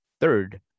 Third